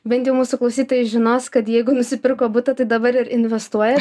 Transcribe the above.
bent jau mūsų klausytojai žinos kad jeigu nusipirko butą tai dabar ir investuoja